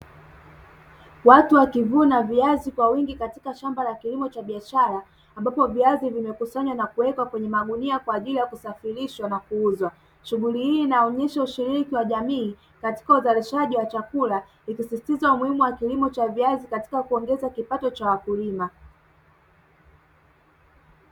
Watu wakivuna viazi kwa wingi katika shamba la kilimo cha biashara ambapo viazi vimekusanywa na kuwekwa kwenye magunia kwa ajili ya kusambazwa na kuuzwa. Shughuli hii inaonyesha ushirikiano wa jamii katika uzalishaji wa chakula. Ikisisitiza umuhimu wa kilimo cha viazi katika kuongeza kipato cha wakulima.